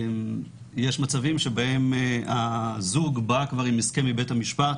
יש מצבים שבהם הזוג בא כבר עם הסכם מבית המשפט